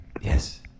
Yes